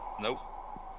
Nope